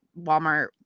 Walmart